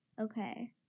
Okay